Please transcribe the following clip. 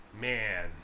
man